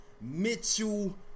Mitchell